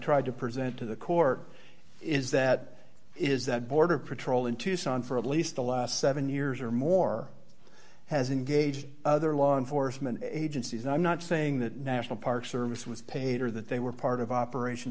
tried to present to the court is that is that border patrol in tucson for at least the last seven years or more has engaged other law enforcement agencies i'm not saying that national park service was paid or that they were part of operation